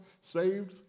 saved